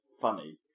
funny